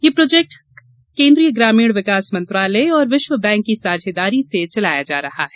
ये प्रोजेक्ट केन्द्रीय ग्रामीण विकास मंत्रालय और विश्व बैंक की साझेदारी से चलाया जा रहा है